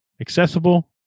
Accessible